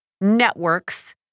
networks